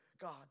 God